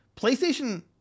PlayStation